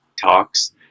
talks